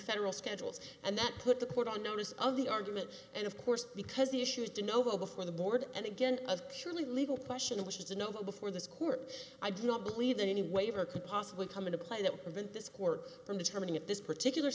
federal schedules and that put the put on notice of the argument and of course because the issues de novo before the board and again surely legal question which is a no before this court i do not believe that any waiver could possibly come into play that prevent this court from determining if this particular